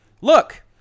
Look